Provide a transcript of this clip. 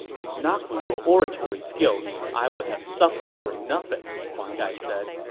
if not for your oratory skills, i would have suffered for nothing, huang gai said